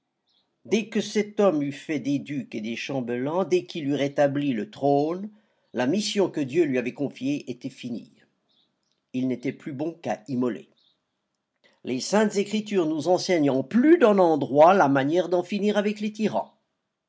dès que cet homme eut fait des ducs et des chambellans dès qu'il eut rétabli le trône la mission que dieu lui avait confiée était finie il n'était plus bon qu'à immoler les saintes écritures nous enseignent en plus d'un endroit la manière d'en finir avec les tyrans